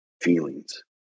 feelings